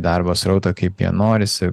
darbo srautą kaip jie norisi